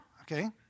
Okay